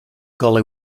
gully